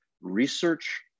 research